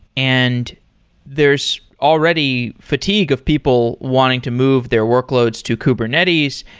and there's already fatigue of people wanting to move their workloads to kubernetes.